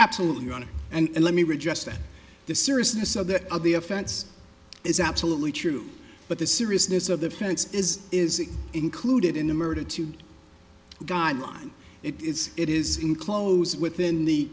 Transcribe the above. absolutely wanted and let me redress that the seriousness of the of the offense is absolutely true but the seriousness of the fence is is included in the murder two guideline it is it is enclosed within the